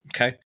Okay